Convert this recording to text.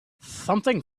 something